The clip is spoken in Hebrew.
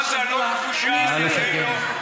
עזה לא כבושה על ידינו 12 שנים.